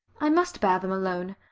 i must bear them alone.